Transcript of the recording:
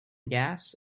gas